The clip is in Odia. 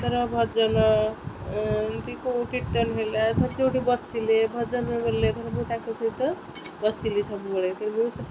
ର ଭଜନ କି କେଉଁ କୀର୍ତ୍ତନ ହେଲା ଯଦି ଗୋଟେ ବସିଲେ ଭଜନ ବୋଲେ ଧର ତାଙ୍କ ସହିତ ବସିଲି ସବୁବେଳେ